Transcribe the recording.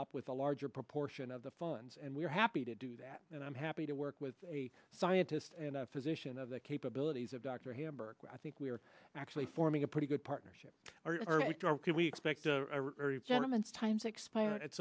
up with a larger proportion of the funds and we're happy to do that and i'm happy to work with a scientist and a physician of the capabilities of dr hamburg i think we're actually forming a pretty good partnership and we expect a gentleman time's expired at